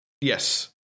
Yes